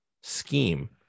scheme